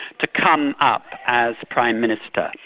to come up as prime minister,